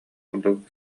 курдук